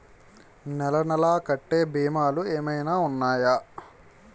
నెల నెల కట్టే భీమాలు ఏమైనా ఉన్నాయా?